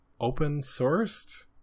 open-sourced